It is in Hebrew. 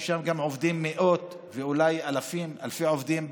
ששם גם עובדים מאות ואולי אלפי עובדים,